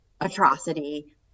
atrocity